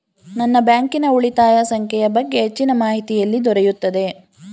ನನ್ನ ಬ್ಯಾಂಕಿನ ಉಳಿತಾಯ ಸಂಖ್ಯೆಯ ಬಗ್ಗೆ ಹೆಚ್ಚಿನ ಮಾಹಿತಿ ಎಲ್ಲಿ ದೊರೆಯುತ್ತದೆ?